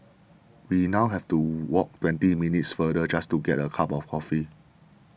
we now have to walk twenty minutes farther just to get a cup of coffee